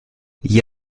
gli